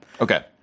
Okay